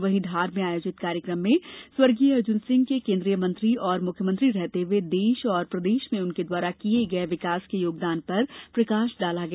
वहीं धार में आयोजित कार्यक्रम में स्वर्गीय अर्जुन सिंह के केन्द्रीय मंत्री और मुख्यमंत्री रहते हुए देश और प्रदेश में उनके द्वारा किये गये विकास के योगदान पर प्रकाश डाला गया